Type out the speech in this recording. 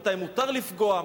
מתי מותר לפגוע,